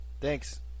Thanks